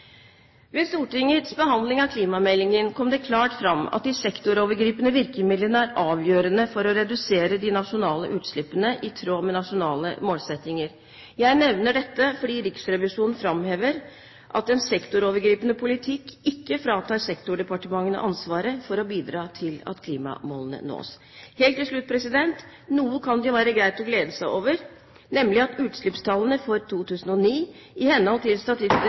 Ved Stortingets behandling av klimameldingen kom det klart fram at de sektorovergripende virkemidlene er avgjørende for å redusere de nasjonale utslippene i tråd med nasjonale målsettinger. Jeg nevner dette fordi Riksrevisjonen framhever at en sektorovergripende politikk ikke fratar sektordepartementene ansvaret for å bidra til at klimamålene nås. Helt til slutt: Noe kan det jo være greit å glede seg over, nemlig at utslippstallene for 2009 i henhold til